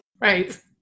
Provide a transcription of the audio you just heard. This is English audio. Right